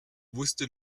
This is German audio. wusste